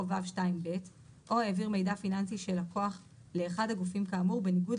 או (ו)(2)(ב) או העביר מידע פיננסי של לקוח לאחד הגופים כאמור בניגוד